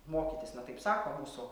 mokytis na taip sako mūsų